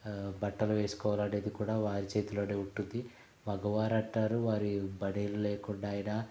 బట్టలు వేసుకోవాలనేది కూడా వాళ్ళ చేతిలోనే ఉంటుంది మగవారంటారు వారు బనియన్ లేకుండా అయినా